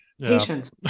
patience